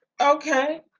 okay